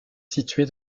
située